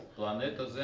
planet.